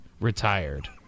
retired